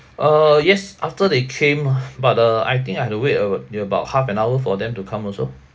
uh yes after they came but uh I think I have to wait a~ about half an hour for them to come also